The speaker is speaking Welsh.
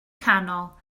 canol